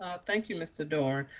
um thank you, mr. doran.